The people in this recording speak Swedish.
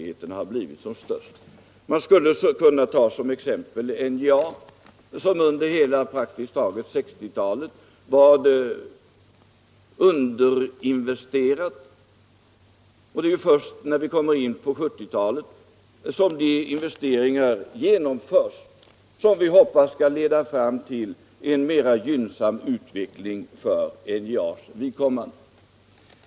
— Teckning av aktier i Som exempel skulle man kunna ta NJA som under praktiskt taget hela Statsföretag AB, 1960-talet varit underinvesterat. Det är först på 1970-talet de investeringar — m.m. genomförs som vi hoppas skall leda fram till en mera gynnsam utveckling för NJA:s vidkommande.